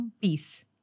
peace